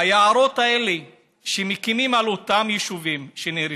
היערות האלה שמקימים על אותם יישובים שנהרסו,